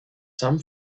some